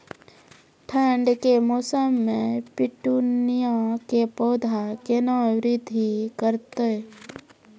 ठंड के मौसम मे पिटूनिया के पौधा केना बृद्धि करतै?